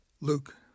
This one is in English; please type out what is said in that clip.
Luke